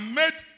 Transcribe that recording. made